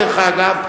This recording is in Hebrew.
דרך אגב,